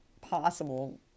possible